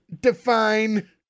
Define